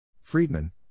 Friedman